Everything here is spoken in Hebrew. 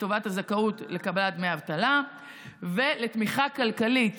לטובת הזכאות לקבלת דמי אבטלה ולתמיכה כלכלית